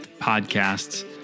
podcasts